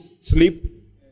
sleep